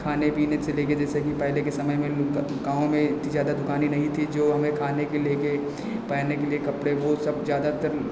खाने पीने से लेकर जैसे कि पहले के समय में लुत्त गाँव में इतनी ज़्यादा दुकानें नहीं थी जो हमें खाने के लेकर पहनने के लिए कपड़े वह सब ज़्यादातर